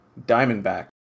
Diamondback